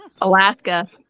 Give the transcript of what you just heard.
Alaska